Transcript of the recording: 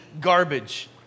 garbage